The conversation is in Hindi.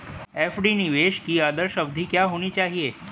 एफ.डी निवेश की आदर्श अवधि क्या होनी चाहिए?